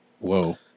whoa